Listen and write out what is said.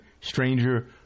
stranger